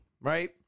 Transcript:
right